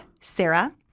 Sarah